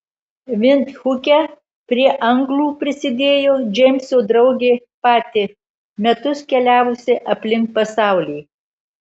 vindhuke prie anglų prisidėjo džeimso draugė pati metus keliavusi aplink pasaulį